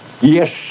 Yes